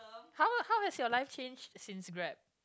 how how has your life change since Grab